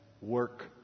work